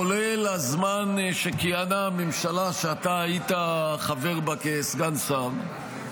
כולל הזמן שכיהנה הממשלה שאתה היית חבר בה כסגן שר,